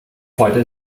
freude